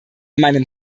meinem